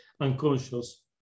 unconscious